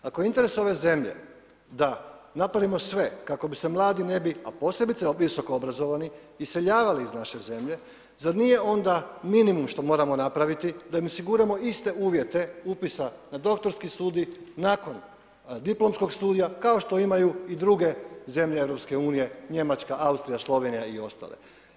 Ako je interes ove zemlje, da napravimo sve, kako bi se mladi ne bi, a posebice visoko obrazovani, iseljavali iz naše zemlje, zar nije onda minimum što moramo napraviti, da im osiguramo iste uvjete upisa na doktorski studij, nakon diplomskog studija, kao što imaju i druge zemlje EU, Njemačka, Austrija, Slovenija i ostali.